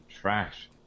trash